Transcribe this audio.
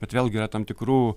bet vėlgi yra tam tikrų